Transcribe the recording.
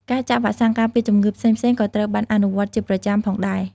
ការចាក់វ៉ាក់សាំងការពារជំងឺផ្សេងៗក៏ត្រូវបានអនុវត្តជាប្រចាំផងដែរ។